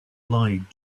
lied